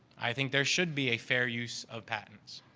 i think there should be a fair use of patents.